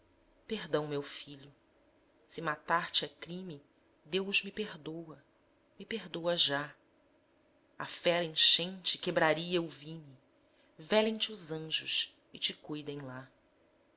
perdão meu filho se matar-te é crime deus me perdoa me perdoa já a fera enchente quebraria o vime velem te os anjos e te cuidem lá